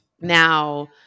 Now